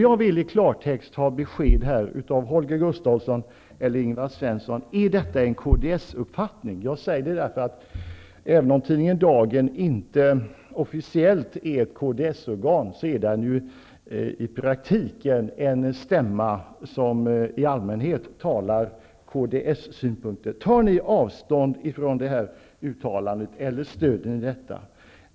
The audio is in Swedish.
Jag vill i klartext ha besked av Holger Gustafsson eller Ingvar Svensson: Är detta en kdsuppfattning? Även om tidnignen Dagen inte officiellt är ett kds-organ, är den i praktiken en stämma som i allmänhet uttalar kds-synpunkter. Tar ni avstånd från detta uttalande eller stödjer ni det?